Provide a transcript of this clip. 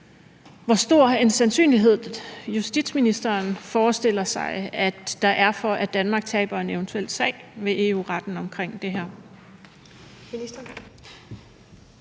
hvor stor en sandsynlighed justitsministeren forestiller sig at der er for, at Danmark taber en eventuel sag ved EU-retten omkring det her.